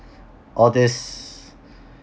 all these